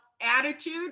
attitude